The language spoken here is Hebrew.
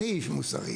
אני איש מוסרי.